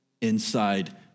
inside